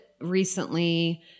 recently